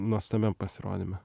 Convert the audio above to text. nuostabiam pasirodyme